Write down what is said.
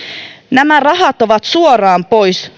nämä rahat ovat suoraan pois